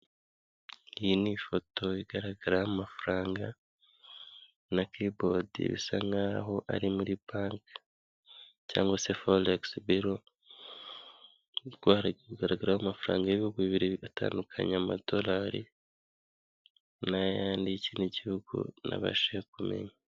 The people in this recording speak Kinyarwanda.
Iyi ni ifoto igaragaraho amafaranga na kibodi bisa nk'aho ari muri banki cyangwa se foregisi biro, ubwo hari kugaragaraho amafaranga y'ibihugu bibiri bitandukanye, amadolari n'ayandi y'ikindi gihugu ntabashije kumenya.